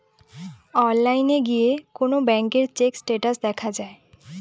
অনলাইনে গিয়ে কোন ব্যাঙ্কের চেক স্টেটাস দেখা যায়